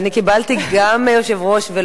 ואני קיבלתי גם מהיושב-ראש,